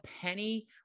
penny